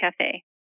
Cafe